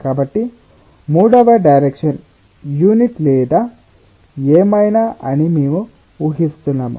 కాబట్టి మూడవ direction unity లేదా ఏమైనా అని మేము ఊహిస్తున్నాము